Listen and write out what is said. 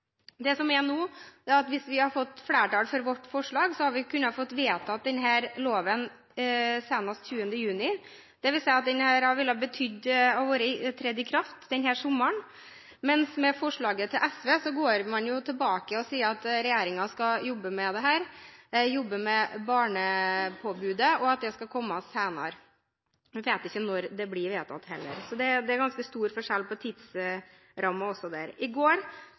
det er nå, hvis vi hadde fått flertall for vårt forslag, hadde vi kunnet vedta denne loven senest 20. juni. Det vil si at denne loven kunne trådt i kraft denne sommeren, mens man med forslaget til SV går tilbake og sier at regjeringen skal jobbe med dette, jobbe med barnepåbudet, og at det skal komme senere. Man vet heller ikke når det kan bli vedtatt, så det er ganske stor forskjell på tidsrammen også. I går